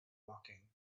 woking